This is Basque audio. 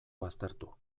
baztertu